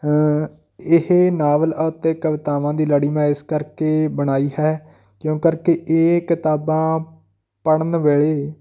ਇਹ ਨਾਵਲ ਅਤੇ ਕਵਿਤਾਵਾਂ ਦੀ ਲੜੀ ਮੈਂ ਇਸ ਕਰਕੇ ਬਣਾਈ ਹੈ ਕਿਉਂ ਕਰਕੇ ਇਹ ਕਿਤਾਬਾਂ ਪੜ੍ਹਨ ਵੇਲੇ